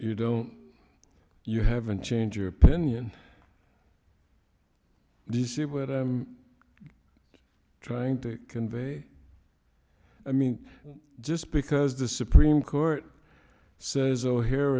you don't you haven't changed your opinion do you see what i'm trying to convey i mean just because the supreme court says o